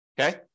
okay